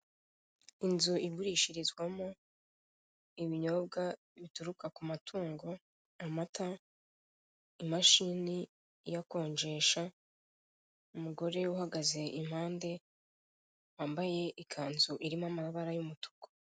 Inzu igurishirizwamo ibinyobwa bituruka ku matungo, amata, imashini iyakonjesha, umugore uhagaze impande wambaye ikanzu irimo amabara y'umutuku.